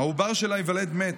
העובר שלה ייוולד מת,